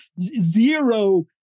zero